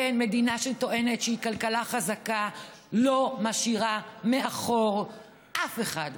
מדינה שטוענת שהיא כלכלה חזקה לא משאירה מאחור אף אחד.